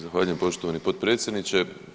Zahvaljujem poštovani potpredsjedniče.